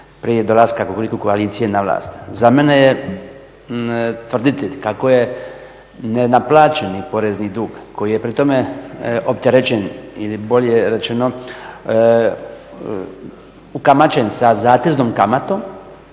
prije dolaska Kukuriku koalicije na vlast. Za mene je tvrditi kako je nenaplaćeni porezni dug koji je pri tome opterećen ili bolje rečeno ukamaćen sa zateznom kamatom